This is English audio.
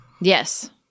Yes